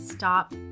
stop